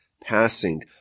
passing